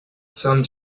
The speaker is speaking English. some